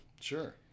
Sure